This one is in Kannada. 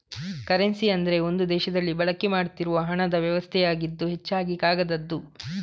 ಕರೆನ್ಸಿ ಅಂದ್ರೆ ಒಂದು ದೇಶದಲ್ಲಿ ಬಳಕೆ ಮಾಡ್ತಿರುವ ಹಣದ ವ್ಯವಸ್ಥೆಯಾಗಿದ್ದು ಹೆಚ್ಚಾಗಿ ಕಾಗದದ್ದು